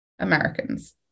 Americans